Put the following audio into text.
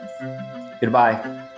Goodbye